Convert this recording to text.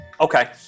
Okay